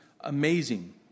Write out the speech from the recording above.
Amazing